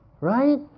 Right